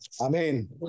Amen